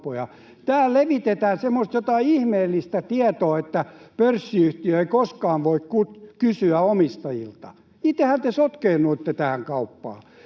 Täällä levitetään semmoista jotain ihmeellistä tietoa, että pörssiyhtiö ei koskaan voi kysyä omistajilta. Itsehän te sotkeennuitte tähän kauppaan.